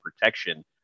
protection